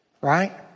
right